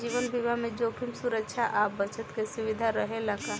जीवन बीमा में जोखिम सुरक्षा आ बचत के सुविधा रहेला का?